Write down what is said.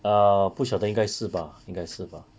ah 不晓得应该是吧应该是吧